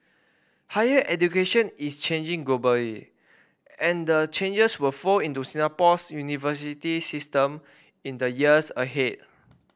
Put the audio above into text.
higher education is changing globally and the changes will flow into Singapore's university system in the years ahead